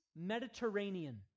Mediterranean